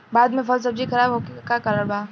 भारत में फल सब्जी खराब होखे के का कारण बा?